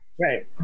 right